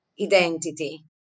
identity